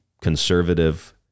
conservative